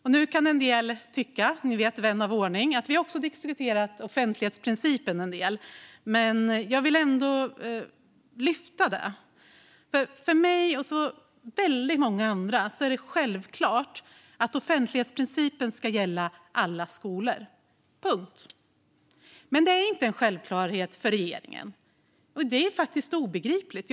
Vän av ordning kanske tycker att vi redan har diskuterat offentlighetsprincipen en del, men jag vill ändå lyfta fram den. För mig och väldigt många andra är det självklart att offentlighetsprincipen ska gälla alla skolor. Men det är inte en självklarhet för regeringen, och det är faktiskt obegripligt.